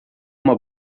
uma